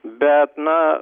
bet na